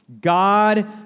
God